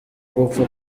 gupfa